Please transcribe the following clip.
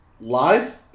live